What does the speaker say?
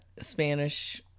Spanish